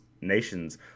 nation's